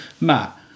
Matt